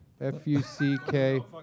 F-U-C-K